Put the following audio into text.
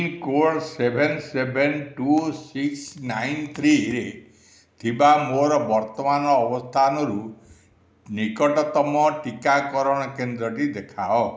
pincode seven seven two six nine ଥ୍ରୀରେ ଥିବା ମୋର ବର୍ତ୍ତମାନର ଅବସ୍ଥାନରୁ ନିକଟତମ ଟିକାକରଣ କେନ୍ଦ୍ରଟି ଦେଖାଅ